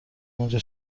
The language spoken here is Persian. اونجا